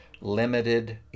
limited